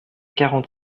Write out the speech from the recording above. quarante